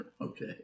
Okay